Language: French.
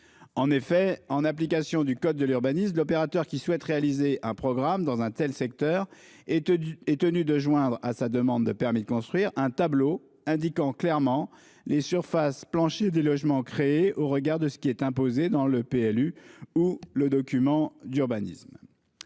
En effet, en application du code de l'urbanisme, l'opérateur qui souhaite réaliser un programme dans un tel secteur est tenu de joindre à sa demande de permis de construire un tableau indiquant clairement les surfaces planchers des logements créés au regard de ce qui est imposé par le plan local d'urbanisme